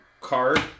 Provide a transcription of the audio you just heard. Card